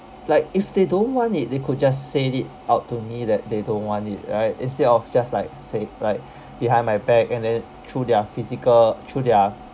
like if they don't want it they could just say it out to me that they don't want it right instead of just like say like behind my back and then through their physical through their